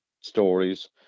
stories